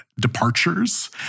departures